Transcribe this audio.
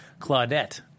Claudette